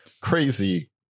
Crazy